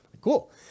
Cool